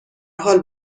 حال